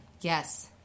yes